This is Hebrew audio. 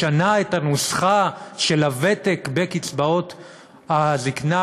משנה את הנוסחה של הוותק בקצבאות הזיקנה.